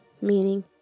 meaning